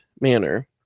manner